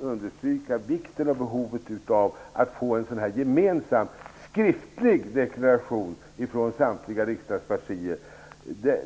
understryka vikten och behovet av att få en gemensam skriftlig deklaration från samtliga riksdagspartier.